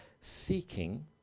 seeking